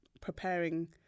preparing